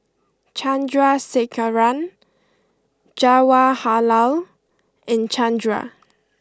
Chandrasekaran Jawaharlal and Chandra